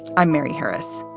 i'm mary harris.